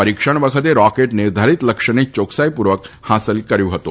પરિક્ષણ વખતે રોકેટે નિર્ધારીત લક્ષ્યને યોક્સાઈ પૂર્વક હાંસલ કર્યું હતું